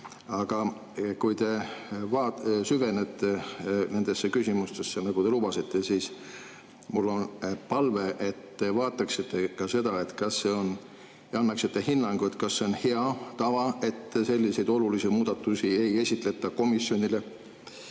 Aga kui te süvenete nendesse küsimustesse, nagu te lubasite, siis mul on palve, et te vaataksite ka seda ja annaksite hinnangu, kas see on hea tava, et selliseid olulisi muudatusi ei esitleta komisjonile.